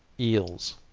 eels.